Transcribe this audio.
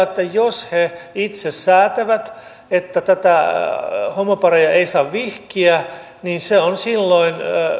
että jos he itse säätävät että homoparia ei saa vihkiä niin se on silloin